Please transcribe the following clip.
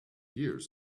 years